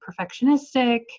perfectionistic